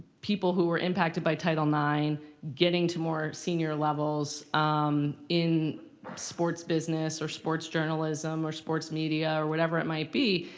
people who were impacted by title ix getting to more senior levels in sports business or sports journalism or sports media or whatever it might be.